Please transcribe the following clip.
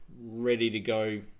ready-to-go